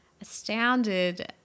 astounded